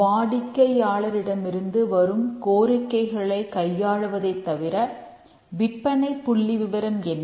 வாடிக்கையாளரிடமிருந்து வரும் கோரிக்கைகளை கையாளுவதைத் தவிர விற்பனைப் புள்ளிவிவரம் என்ன